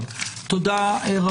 (23 בדצמבר 2021)". כאן כתוב י"ט בטבת,